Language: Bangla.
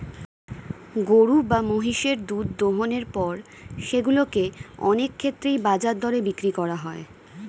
গরু বা মহিষের দুধ দোহনের পর সেগুলো কে অনেক ক্ষেত্রেই বাজার দরে বিক্রি করা হয়